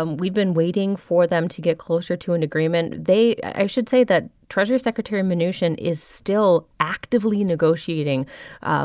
um we've been waiting for them to get closer to an agreement they i should say that treasury secretary and mnuchin is still actively negotiating